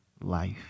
life